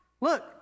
Look